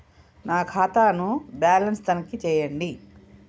నా ఖాతా ను బ్యాలన్స్ తనిఖీ చేయండి?